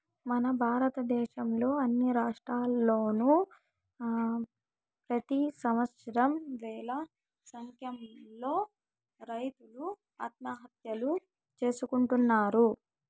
మన భారతదేశంలో అన్ని రాష్ట్రాల్లోనూ ప్రెతి సంవత్సరం వేల సంఖ్యలో రైతులు ఆత్మహత్యలు చేసుకుంటున్నారు